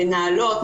מנהלות,